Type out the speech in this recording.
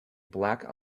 black